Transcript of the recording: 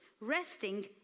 resting